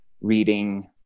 reading